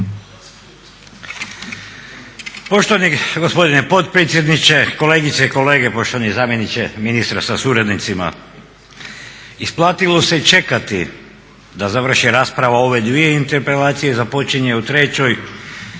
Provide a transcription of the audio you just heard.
Poštovani gospodine potpredsjedniče, kolegice i kolege, poštovani zamjeniče ministra sa suradnicima. Isplatilo se čekati da završi rasprava o ove dvije interpelacije, započinje u trećoj jer